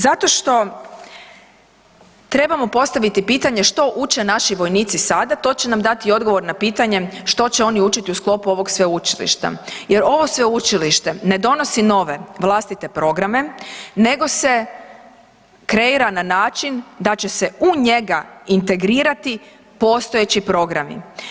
Zato što trebamo postaviti pitanje što uče naši vojnici sada, to će nam dati odgovor na pitanje što će oni učiti u sklopu ovog sveučilišta jer ovo sveučilište ne donosi nove vlastite programe nego se kreira na način da će se u njega integrirati postojeći programi.